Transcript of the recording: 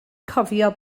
cofio